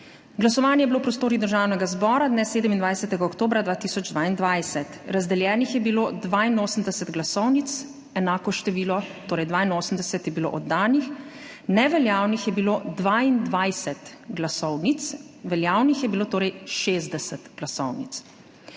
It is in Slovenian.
Glasovanje je bilo v prostorih Državnega zbora dne 27. oktobra 2022. Razdeljenih je bilo 82 glasovnic, enako število, torej 82, je bilo oddanih. Neveljavnih je bilo 22 glasovnic. Veljavnih je bilo torej 60 glasovnic.